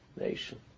nation